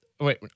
Wait